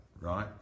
right